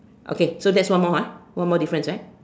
okay so that's one more ah one more difference eh